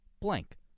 blank